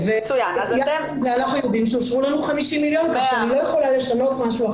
אנחנו יודעים שאושרו לנו 50 מיליון כך שאני לא יכולה לשנות משהו עכשיו.